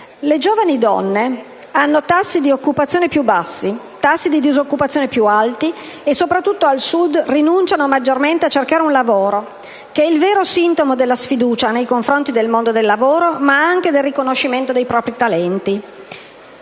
Le giovani donne hanno tassi di occupazione più bassi, tassi di disoccupazione più alti e, soprattutto al Sud, rinunciano maggiormente a cercare un lavoro, che è il vero sintomo della sfiducia nei confronti del mondo del lavoro ma anche del riconoscimento dei propri talenti.